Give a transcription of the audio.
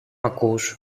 ακούς